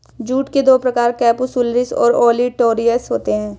jute के दो प्रकार केपसुलरिस और ओलिटोरियस होते हैं